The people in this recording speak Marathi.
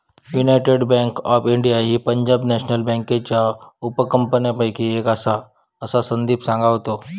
युनायटेड बँक ऑफ इंडिया ही पंजाब नॅशनल बँकेच्या उपकंपन्यांपैकी एक आसा, असा संदीप सांगा होतो